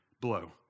blow